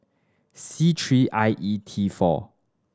C three I E T four